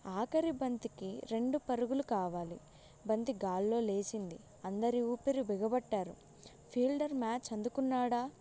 ఆఖరి బంతికి రెండు పరుగులు కావాలి బంతి గాల్లో లేచింది అందరి ఊపిరి బిగపట్టారు ఫీల్డర్ మ్యాచ్ అందుకున్నాడా